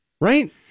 Right